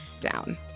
down